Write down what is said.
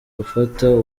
gufata